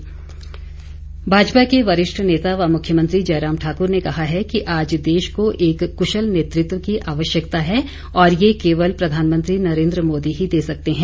जयराम भाजपा के वरिष्ठ नेता व मुख्यमंत्री जयराम ठाकुर ने कहा है कि आज देश को एक कुशल नेतृत्व की आवश्यकता है और ये केवल प्रधानमंत्री नरेंद्र मोदी ही दे सकते हैं